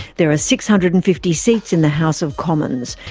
there are six hundred and fifty seats in the house of commons.